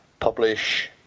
Publish